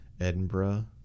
Edinburgh